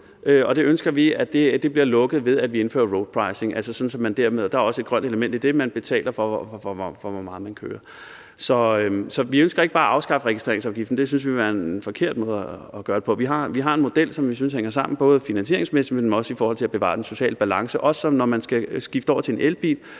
vi ønsker, at det bliver lukket, ved at vi indfører road pricing, og der er også et grønt element i det, for man betaler, alt efter hvor meget man kører. Så vi ønsker ikke bare at afskaffe registreringsafgiften, for det synes vi ville være en forkert måde at gøre det på. Vi har en model, som vi synes hænger sammen både finansieringsmæssigt, men også i forhold til at bevare den sociale balance, og det betyder også, at man, når man skal skifte over til en elbil,